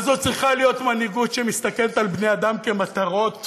אבל זו צריכה להיות מנהיגות שמסתכלת על בני-אדם כעל מטרות